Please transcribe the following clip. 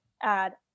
add